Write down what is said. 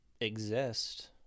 exist